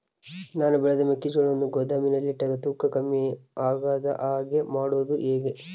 ನಾನು ಬೆಳೆದ ಮೆಕ್ಕಿಜೋಳವನ್ನು ಗೋದಾಮಿನಲ್ಲಿ ಇಟ್ಟಾಗ ತೂಕ ಕಮ್ಮಿ ಆಗದ ಹಾಗೆ ಮಾಡೋದು ಹೇಗೆ?